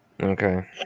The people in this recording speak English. Okay